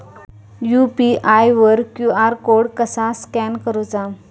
UPI वर QR code कसा scan करूचा?